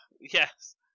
Yes